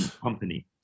company